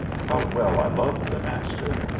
how well i loved the master,